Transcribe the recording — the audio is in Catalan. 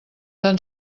tan